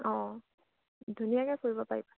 অঁ ধুনীয়াকে কৰিব পাৰিবা